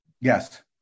yes